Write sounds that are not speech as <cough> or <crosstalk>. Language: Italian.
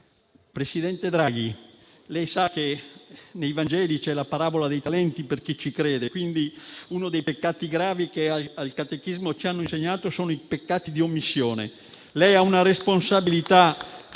Presidente Draghi, lei sa che nei Vangeli c'è la parabola dei talenti, per chi ci crede; uno dei peccati gravi che al catechismo ci hanno insegnato è il peccato di omissione. <applause> Lei ha una responsabilità